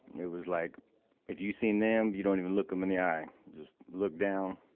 it was like if you seen them, you don't even look them in the eye. just look down,